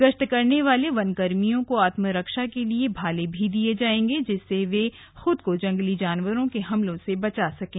गश्त करने वाले वन कर्मियों को आत्मरक्षा के लिए भाले भी दिए जाएंगे जिससे वो खुद को जंगली जानवरों के हमलों से बचा सकें